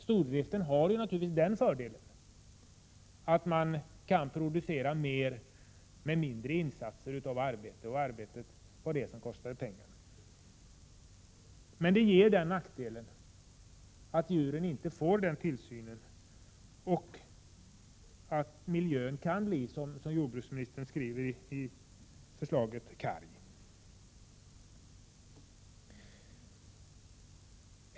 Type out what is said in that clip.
Stordriften har naturligtvis fördelen att man kan producera mer med mindre insatser av arbete, och det är ju arbetet som kostar pengar. Men stordriften har den nackdelen att djuren inte får den tillsyn som behövs och att miljön kan bli, som jordbruksministern skriver i förslaget, karg.